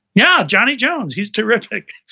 yeah, johnny jones, he's terrific.